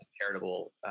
charitable